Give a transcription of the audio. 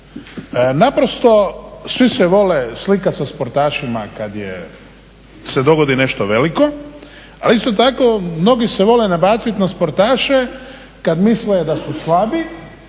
Naprosto svi se vole slikati sa sportašima kad se dogodi nešto veliko, ali isto tako mnogi se vole nabaciti na sportaše kad misle da su slabi